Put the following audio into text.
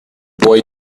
boy